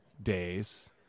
days